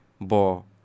bo